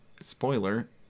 spoiler